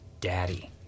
daddy